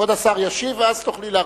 כבוד השר ישיב, ואז תוכלי להרחיב.